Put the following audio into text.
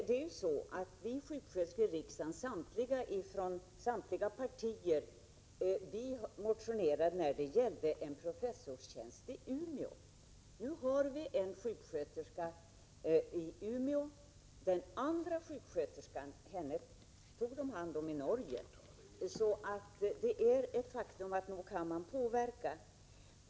Vi sjuksköterskor i riksdagen från samtliga partier motionerade om en professorstjänst för en sjuksköterska i Umeå. Nu finns det en sådan i Umeå. Den andra sjuksköterskan med professorstjänst finns i Norge. Så nog kan man påverka.